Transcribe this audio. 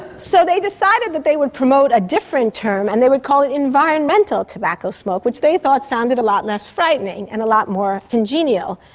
so they decided that they would promote a different term and they would call it environmental tobacco smoke, which they thought sounded a lot less frightening and a lot more congenial.